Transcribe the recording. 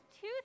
two